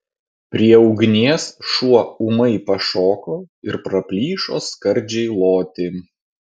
prie ugnies šuo ūmai pašoko ir praplyšo skardžiai loti